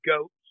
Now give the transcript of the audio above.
goats